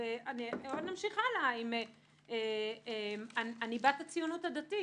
ונמשיך, עם הציונות הדתית.